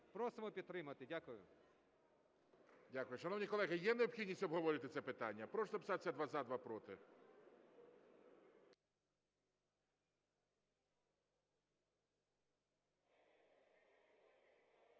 Просимо підтримати. Дякую. ГОЛОВУЮЧИЙ. Дякую. Шановні колеги, є необхідність обговорити це питання? Прошу записатися: два – за, два – проти.